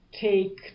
take